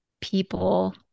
people